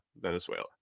Venezuela